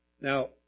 Now